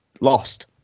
lost